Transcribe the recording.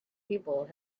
people